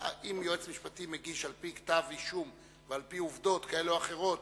אם יועץ משפטי מגיש על-פי כתב אישום ועל-פי עובדות כאלה ואחרות,